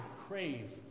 crave